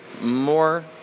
More